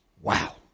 Wow